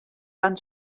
van